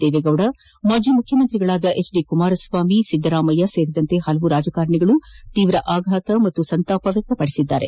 ದೇವೇಗೌಡ ಮಾಜಿ ಮುಖ್ಯಮಂತ್ರಿಗಳಾದ ಕುಮಾರಸ್ವಾಮಿ ಸಿದ್ದರಾಮಯ್ಯ ಸೇರಿದಂತೆ ಹಲವು ರಾಜಕಾರಣಿಗಳು ತೀವ್ರ ಸಂತಾಪ ವ್ಯಕ್ತಪಡಿಸಿದ್ದಾರೆ